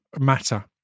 matter